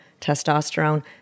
testosterone